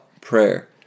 prayer